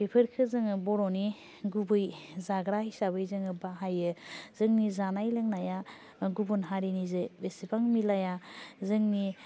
बेफोरखौ जोङो बर'नि गुबै जाग्रा हिसाबै जोङो बाहायो जोंनि जानाय लोंनाया गुबुन हारिनि जे एसेबां मिलाया जोंनि